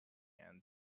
and